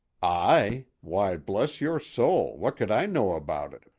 i? why, bless your soul, what could i know about it?